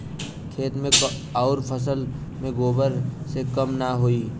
खेत मे अउर फसल मे गोबर से कम ना होई?